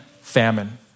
famine